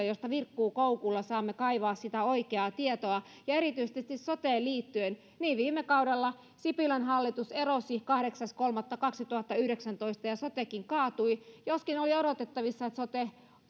josta virkkuukoukulla saamme kaivaa sitä oikeaa tietoa ja erityisesti soteen liittyen viime kaudella sipilän hallitus erosi kahdeksas kolmatta kaksituhattayhdeksäntoista ja sotekin kaatui oli odotettavissa että sote